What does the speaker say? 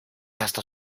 hasta